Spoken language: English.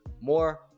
more